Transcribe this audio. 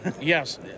Yes